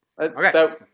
Okay